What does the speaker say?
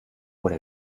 oder